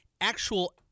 actual